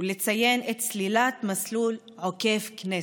ולציין את סלילת מסלול עוקף כנסת,